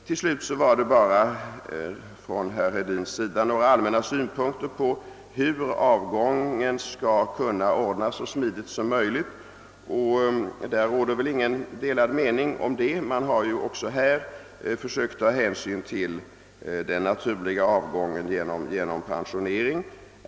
Till sist framförde herr Hedin några synpunkter på hur avgången skall kunna ordnas så smidigt som möjligt. Det råder väl inga delade meningar om det. Man har ju försökt ta hänsyn till den naturliga avgången genom <pensionering.